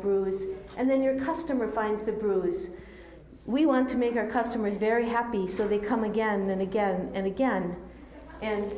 bruise and then your customer finds a bruise we want to make our customers very happy so they come again and again and again and